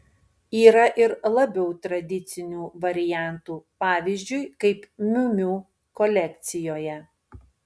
yra ir labiau tradicinių variantų pavyzdžiui kaip miu miu kolekcijoje